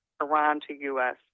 Iran-to-U.S